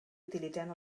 utilitzant